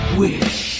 wish